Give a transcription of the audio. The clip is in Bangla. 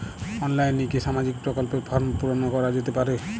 অনলাইনে কি সামাজিক প্রকল্পর ফর্ম পূর্ন করা যেতে পারে?